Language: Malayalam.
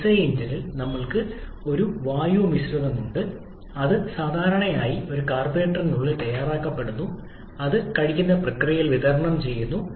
എസ്ഐ എഞ്ചിനിൽ ഞങ്ങൾക്ക് ഒരു ഇന്ധന വായു മിശ്രിതമുണ്ട് അത് സാധാരണയായി ഒരു കാർബ്യൂറേറ്ററിനുള്ളിൽ തയ്യാറാക്കപ്പെടുന്നു അത് കഴിക്കുന്ന പ്രക്രിയയിൽ വിതരണം ചെയ്യുന്നു